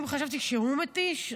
אם חשבתי שהוא מתיש,